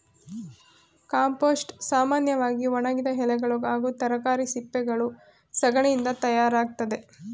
compost ಸಾಮನ್ಯವಾಗಿ ಒಣಗಿದ ಎಲೆಗಳು ಹಾಗೂ ತರಕಾರಿ ಸಿಪ್ಪೆಗಳು ಸಗಣಿಯಿಂದ ತಯಾರಾಗ್ತದೆ